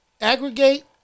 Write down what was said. aggregate